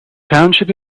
township